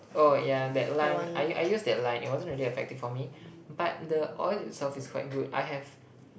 oh yeah that line I I use that line it wasn't really effective for me but the oil itself is quite good I have